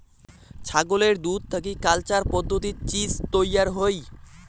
ছাগলের দুধ থাকি কালচার পদ্ধতিত চীজ তৈয়ার হই